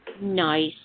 nice